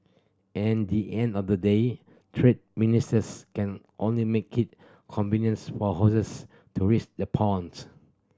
at the end of the day trade ministers can only make it convenience for horses to the ponds